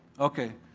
okay.